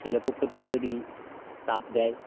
ছেলেপক্ষ থেকে যদি চাপ দেয়